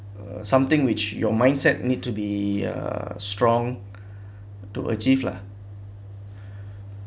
uh something which your mindset need to be err strong to achieve lah